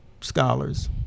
scholars